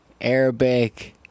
Arabic